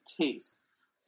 tastes